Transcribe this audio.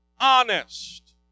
honest